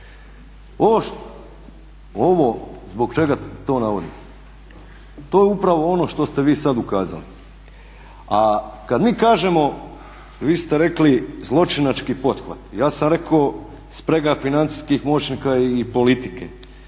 Ovo što, ovo zbog čega to navodim, to je upravo ono što ste vi ukazali. A kada mi kažemo, vi ste rekli zločinački pothvat, ja sam rekao sprega financijskih moćnika i politike,